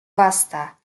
wasta